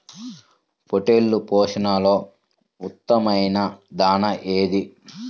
పొట్టెళ్ల పోషణలో ఉత్తమమైన దాణా ఏది?